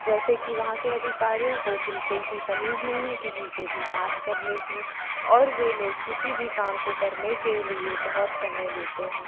जैसे कि वहाँ के अधिकारियों को बिल्कुल भी तमीज नहीं है किसी से भी बात करने की और वे लोग किसी भी काम को करने के लिए बहुत समय लेते हैं